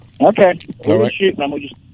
Okay